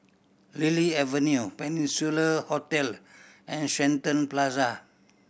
Lily Avenue Peninsula Hotel and Shenton Plaza